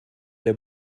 der